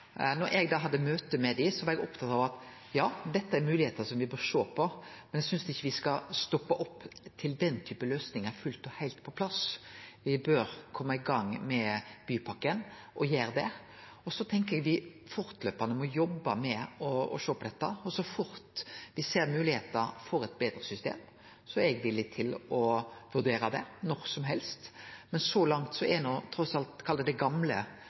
Da eg hadde møte med dei, var eg opptatt av at dette er moglegheiter me bør sjå på. Men eg synest ikkje me skal stoppe opp fram til den typen løysingar er fullt og heilt på plass. Me bør kome i gang med bypakka og gjere det. Eg tenkjer at me fortløpande må jobbe med å sjå på dette, og så fort me ser moglegheiter for eit betre system, er eg villig til å vurdere det – når som helst. Men så langt er trass alt det me kan kalle det gamle